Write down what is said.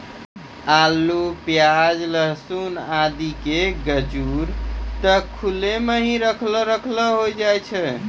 आलू, प्याज, लहसून आदि के गजूर त खुला मॅ हीं रखलो रखलो होय जाय छै